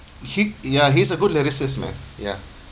he ya he's a good lyricist man ya